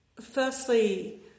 firstly